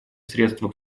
средства